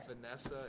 Vanessa